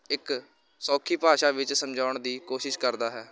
ਇੱਕ ਸੌਖੀ ਭਾਸ਼ਾ ਵਿੱਚ ਸਮਝਾਉਣ ਦੀ ਕੋਸ਼ਿਸ਼ ਕਰਦਾ ਹੈ